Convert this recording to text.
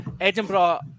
Edinburgh